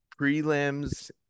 prelims